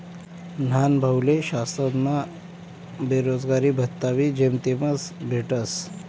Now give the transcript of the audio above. न्हानभाऊले शासनना बेरोजगारी भत्ताबी जेमतेमच भेटस